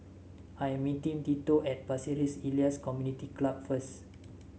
I am meeting Tito at Pasir Ris Elias Community Club first